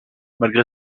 malgré